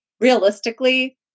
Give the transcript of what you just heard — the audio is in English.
realistically